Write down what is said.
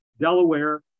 Delaware